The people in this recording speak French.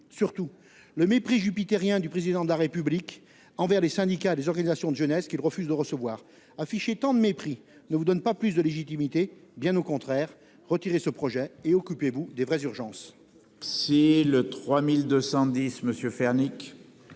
par le mépris jupitérien du Président de la République envers les syndicats et les organisations de jeunesse qu'il refuse de recevoir. Afficher tant de mépris ne vous donne pas plus de légitimité, bien au contraire. Retirez ce projet et occupez-vous des vraies urgences.